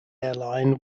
airline